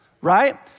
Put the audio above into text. right